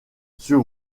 sur